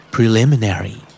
Preliminary